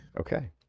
Okay